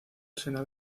senado